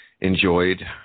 enjoyed